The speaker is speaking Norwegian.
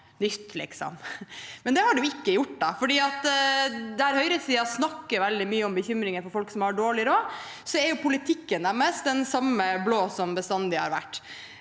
nytt, men det har det ikke gjort. Der høyresiden snakker veldig mye om bekymringen for folk som har dårlig råd, er politikken deres den samme blå som den bestandig har vært.